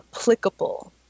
applicable